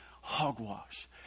Hogwash